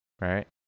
right